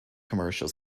commercial